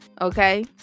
okay